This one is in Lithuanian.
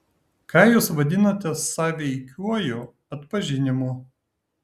ką jūs vadinate sąveikiuoju atpažinimu